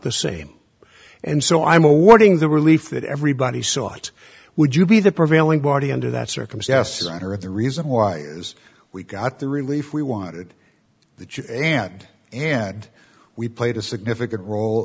the same and so i'm awarding the relief that everybody sought would you be the prevailing body under that circumstance that are at the reason why is we got the relief we wanted the end and we played a significant role